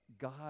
God